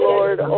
Lord